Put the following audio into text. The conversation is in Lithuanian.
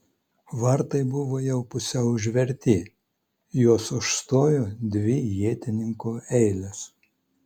vartai buvo jau pusiau užverti juos užstojo dvi ietininkų eilės